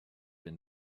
been